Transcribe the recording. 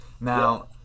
Now